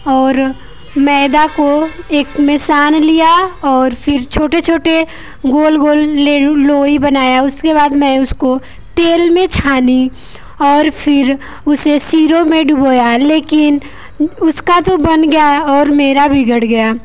और मैदा को एक में छान लिया और फिर छोटे छोटे गोल गोल लिउ लोए लोई बनाए उसके बाद मैं उसको तेल में छानी और फिर उसे शीरे में डुबाया लेकिन उसका तो बन गया है और मेरा बिगड़ गया